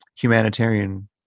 humanitarian